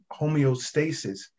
homeostasis